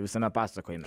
visame pasakojime